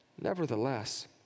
Nevertheless